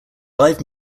live